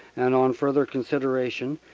and, on further consider ation,